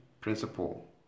principle